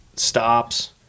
stops